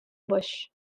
busch